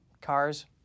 cars